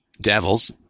devils